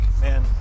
man